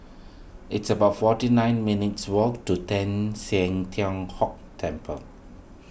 it's about forty nine minutes' walk to Teng San Tian Hock Temple